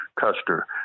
Custer